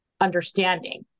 understanding